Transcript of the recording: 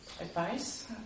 advice